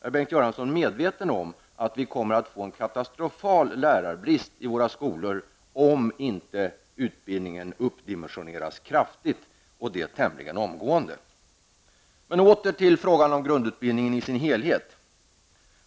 Är Bengt Göransson medveten om att vi kommer att få en katastrofal lärarbrist i våra skolor om inte utbildningen dimensioneras upp kraftigt, och det tämligen omgående? Låt mig återgå till frågan om grundutbildningen i sin helhet.